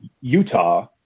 Utah